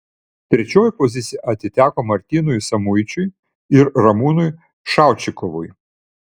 trečioji pozicija atiteko martynas samuičiui ir ramūnui šaučikovui